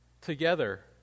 together